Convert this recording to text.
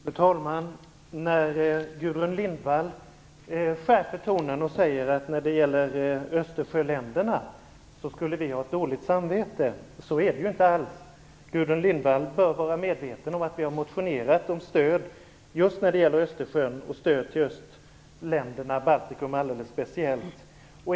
Fru talman! Gudrun Lindvall skärper tonen och säger att vi skulle ha dåligt samvete när det gäller Östersjöländerna. Så är det inte alls. Gudrun Lindvall bör vara medveten om att vi har motionerat om stöd just när det gäller Östersjön och stöd till östländerna, speciellt Baltikum.